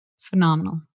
phenomenal